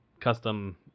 custom